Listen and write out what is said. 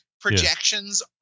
projections